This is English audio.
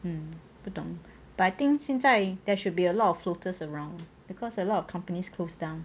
mm 不懂:nbu dong but I think 现在 there should be a lot of floaters around because a lot of companies close down